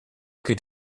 could